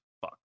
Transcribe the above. fuck